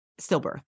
stillbirth